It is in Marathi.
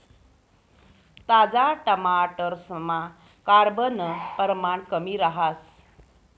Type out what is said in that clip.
ताजा टमाटरसमा कार्ब नं परमाण कमी रहास